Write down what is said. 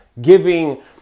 giving